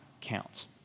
counts